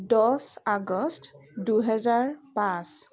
দহ আগষ্ট দুহেজাৰ পাঁচ